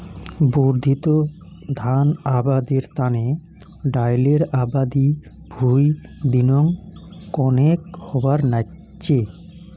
বর্ধিত ধান আবাদের তানে ডাইলের আবাদি ভুঁই দিনং কণেক হবার নাইগচে